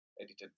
edited